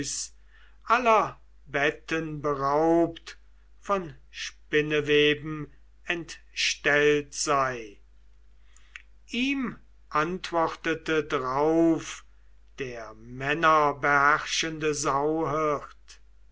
aller betten beraubt von spinneweben entstellt sei ihm antwortete drauf der männerbeherrschende sauhirt